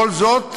כל זאת,